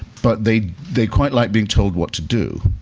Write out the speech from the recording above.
but they, they quite like being told what to do.